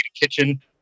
kitchen